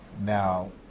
Now